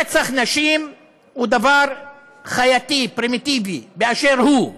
רצח נשים הוא דבר חייתי, פרימיטיבי, באשר הוא.